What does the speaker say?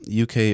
UK